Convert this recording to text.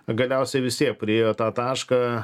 galiausiai visi priėjo tą tašką